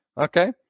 okay